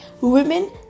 women